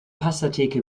pastatheke